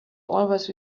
always